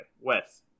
Wes